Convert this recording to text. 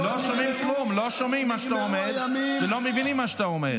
לא שומעים מה שאתה אומר ולא מבינים מה שאתה אומר.